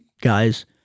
guys